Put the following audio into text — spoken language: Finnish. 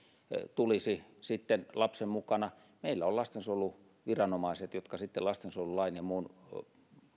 tulisi sitten lapsen mukana meillä on lastensuojeluviranomaiset jotka lastensuojelulain ja muun